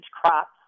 crops